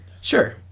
Sure